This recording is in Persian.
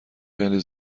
خیلی